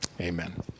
amen